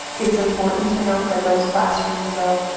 it's important to note that those classrooms though,